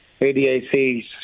ADAC